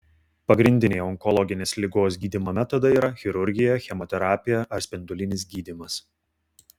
pagrindiniai onkologinės ligos gydymo metodai yra chirurgija chemoterapija ar spindulinis gydymas